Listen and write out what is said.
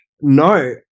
no